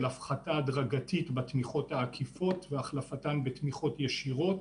הפחתה הדרגתית בתמיכות העקיפות והחלפתן בתמיכות ישירות.